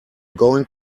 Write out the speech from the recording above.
going